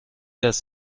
das